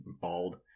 bald